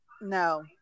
No